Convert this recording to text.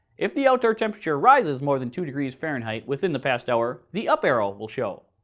if the outdoor temperature rises more than two degrees fahrenheit within the past hour, the up arrow will show.